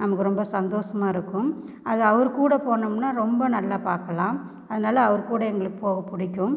நமக்கு ரொம்ப சந்தோஷமாக இருக்கும் அது அவர் கூட போனோம்னால் ரொம்ப நல்லா பார்க்கலாம் அதனால அவர் கூட எங்களுக்கு போக பிடிக்கும்